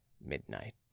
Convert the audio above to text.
midnight